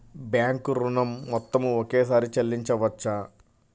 Bank ఋణం మొత్తము ఒకేసారి చెల్లించవచ్చా?